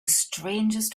strangest